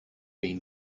been